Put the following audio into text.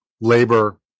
labor